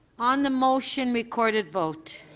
on the motion recorded vote.